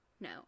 no